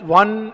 one